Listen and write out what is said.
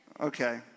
okay